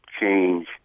change